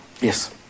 Yes